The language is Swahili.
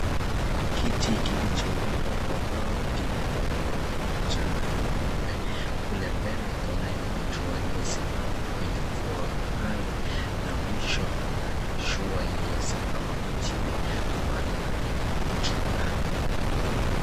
Kiti kilichoundwa kwa mbao kimewekwa kwenye mchanga mweupe. Kule mbele kunaye mtu aliyesimama kwenye ufuo wa bahari na mwisho Kuna mashua iliyo simama majini ambalo halina mtu ndani.